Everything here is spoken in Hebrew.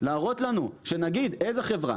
להראות לנו שנגיד איזה חברה,